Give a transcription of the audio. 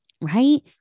Right